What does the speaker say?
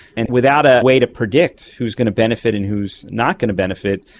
and without a way to predict who is going to benefit and who is not going to benefit,